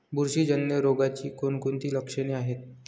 बुरशीजन्य रोगाची कोणकोणती लक्षणे आहेत?